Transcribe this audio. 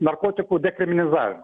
narkotikų dekrimilizavimą